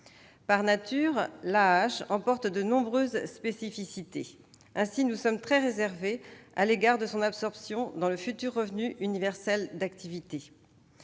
Par nature, l'AAH emporte de nombreuses spécificités. Ainsi, nous sommes très réservés à l'égard de son absorption dans le futur revenu universel d'activité.